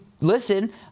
listen